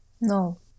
No